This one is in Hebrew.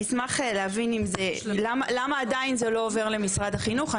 אני אשמח להבין אם זה למה עדיין זה לא עובר למשרד החינוך,